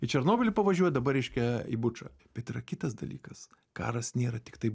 į černobylį pavažiuoja dabar reiškia į bučą bet yra kitas dalykas karas nėra tiktai